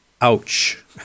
Ouch